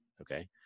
Okay